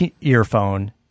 earphone